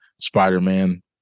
Spider-Man